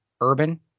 Urban